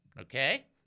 Okay